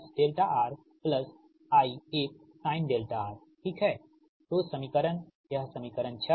R cos δR X sin δR तो समीकरण यह समीकरण 6 है